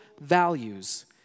values